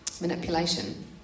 manipulation